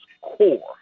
core